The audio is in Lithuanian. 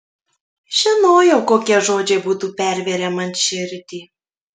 žinojau kokie žodžiai būtų pervėrę man širdį